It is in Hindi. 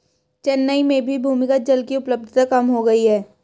चेन्नई में भी भूमिगत जल की उपलब्धता कम हो गई है